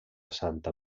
santa